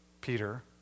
Peter